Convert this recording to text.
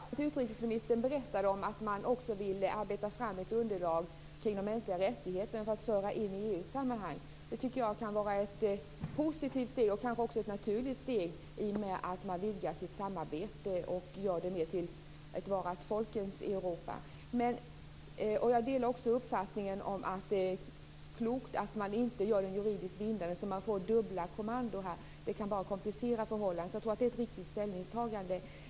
Fru talman! Jag noterade att utrikesministern berättade att man också vill arbeta fram ett underlag kring de mänskliga rättigheterna och föra in detta i EU-sammanhang. Jag tycker att det kan vara ett positivt steg, och kanske också ett naturligt steg i och med att man vidgar sitt samarbete för att åstadkomma ett folkens Europa. Jag delar också uppfattningen att det är klokt att man inte gör detta juridiskt bindande för att undvika att man får dubbla kommandon här. Det kan bara komplicera förhållandena. Jag tror att det är ett riktigt ställningstagande.